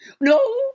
No